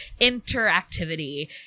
interactivity